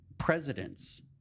Presidents